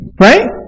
Right